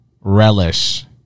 Relish